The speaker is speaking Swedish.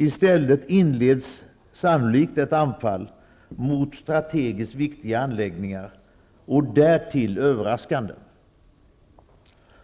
I stället inleds sannolikt ett anfall mot strategiskt viktiga anläggningar, och därtill överraskande.